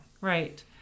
Right